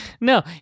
No